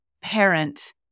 parent